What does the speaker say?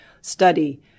study